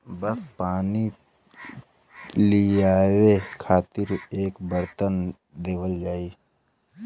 बस पानी लियावे खातिर एक बरतन देवल जाई